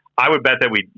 i would bet that we, you